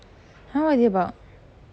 !huh! what is it about